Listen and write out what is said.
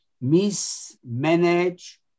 mismanage